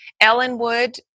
Ellenwood